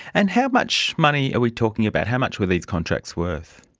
and how much money are we talking about? how much were these contracts worth?